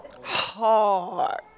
Hard